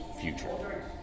future